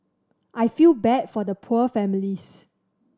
I feel bad for the poor families